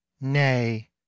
nay